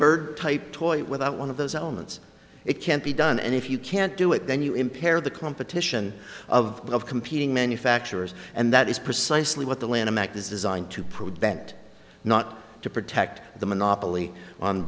bird type toys without one of those elements it can't be done and if you can't do it then you impair the competition of of competing manufacturers and that is precisely what the lanham act is designed to prevent not to protect the monopoly on